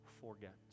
forget